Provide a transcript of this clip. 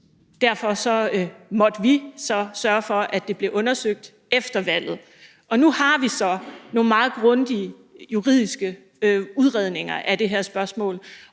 Derfor måtte vi så sørge for, at det blev undersøgt efter valget. Nu har vi så nogle meget grundige juridiske udredninger af det her spørgsmål,